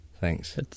Thanks